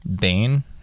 Bane